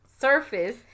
Surface